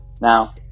Now